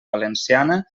valenciana